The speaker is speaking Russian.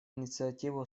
инициативу